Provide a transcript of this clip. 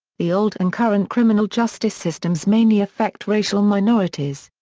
the old and current criminal justice systems mainly affect racial minorities.